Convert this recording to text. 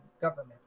government